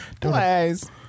Please